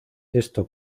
esto